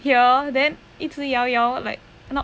here then 一直摇摇 like not